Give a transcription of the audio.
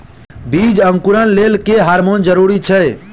बीज अंकुरण लेल केँ हार्मोन जरूरी छै?